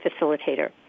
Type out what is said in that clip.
facilitator